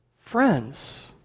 friends